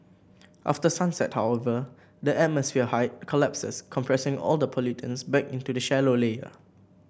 after sunset however the atmosphere height collapses compressing all the pollutants back into a shallow layer